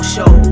Show